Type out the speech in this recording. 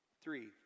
three